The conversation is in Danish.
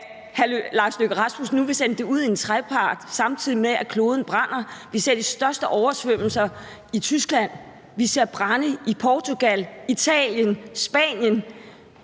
hr. Lars Løkke Rasmussen nu vil sende det ud i en trepartsforhandling, samtidig med at kloden brænder: Vi ser de største oversvømmelser i Tyskland, vi ser brande i Portugal, Italien, Spanien,